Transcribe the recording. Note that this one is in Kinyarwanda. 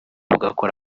bugakora